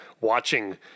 watching